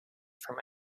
from